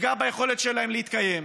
תפגע ביכולת שלהם להתקיים.